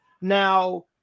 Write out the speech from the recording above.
Now